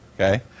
okay